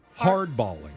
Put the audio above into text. Hardballing